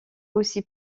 aussi